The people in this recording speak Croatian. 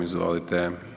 Izvolite.